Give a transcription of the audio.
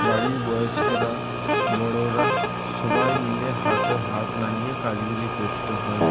বাড়ির বয়স্করা বড়োরা সবাই মিলে হাতে হাত লাগিয়ে কাজগুলি করতে হয়